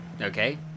Okay